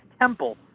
temple